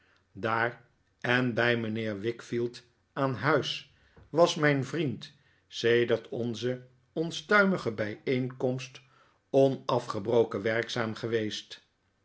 daar en bij mijnheer wickfield aan huis was mijn vriend sedert onze onstuimige bijeenkomst onafgebroken werkzaam geweest